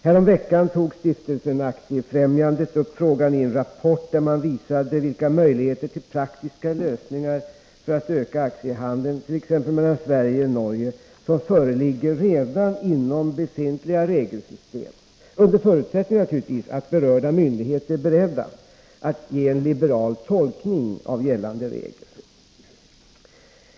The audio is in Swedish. Häromvecken tog stiftelsen Aktiefrämjandet upp frågan i en rapport, där man visade vilka möjligheter till praktiska lösningar för att öka aktiehandeln t.ex. mellan Sverige och Norge som föreligger redan inom befintliga regelsystem, naturligtvis under förutsättning att berörda myndigheter är beredda att ge en liberal tolkning av gällande regler.